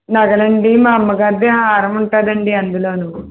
నగలండి మా అమ్మ గారిది హారం ఉంటుందండి అందులోను